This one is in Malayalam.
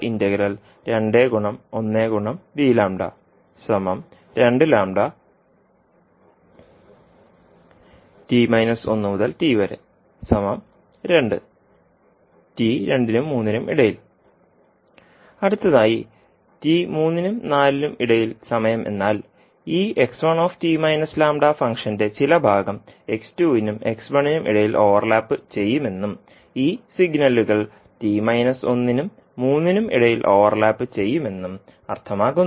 അതിനാൽ എന്ത് സംഭവിക്കും അടുത്തതായി 3 t 4 സമയം എന്നാൽ ഈ ഫംഗ്ഷന്റെ ചില ഭാഗം x2നും x1നും ഇടയിൽ ഓവർലാപ്പുചെയ്യുമെന്നും ഈ സിഗ്നലുകൾ നും 3നും ഇടയിൽ ഓവർലാപ്പ് ചെയ്യുമെന്നും അർത്ഥമാക്കുന്നു